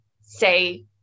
say